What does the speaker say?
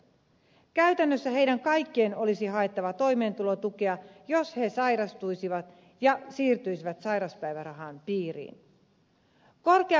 käytännössä heidän kaikkien olisi haettava toimeentulotukea jos he sairastuisivat ja siirtyisivät sairauspäivärahan piiriin